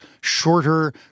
shorter